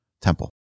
temple